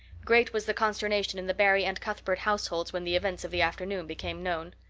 great was the consternation in the barry and cuthbert households when the events of the afternoon became known.